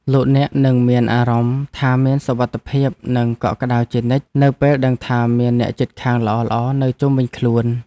លោកអ្នកនឹងមានអារម្មណ៍ថាមានសុវត្ថិភាពនិងកក់ក្តៅជានិច្ចនៅពេលដឹងថាមានអ្នកជិតខាងល្អៗនៅជុំវិញខ្លួន។